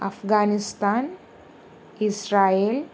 Afghanistan Israel